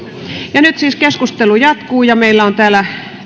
nyt siis keskustelu jatkuu meillä on täällä